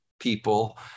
people